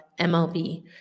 MLB